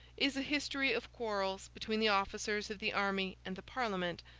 is a history of quarrels between the officers of the army and the parliament,